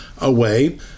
away